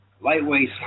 Lightweight